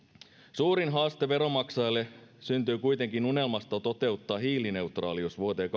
suurin haaste veronmaksajalle syntyy kuitenkin unelmasta toteuttaa hiilineutraalius vuoteen